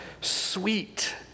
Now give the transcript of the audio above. sweet